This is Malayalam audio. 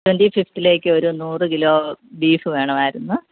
ട്വൻ്റി ഫിഫ്ത്തിലേക്ക് ഒരു നൂറ് കിലോ ബീഫ് വേണമായിരുന്നു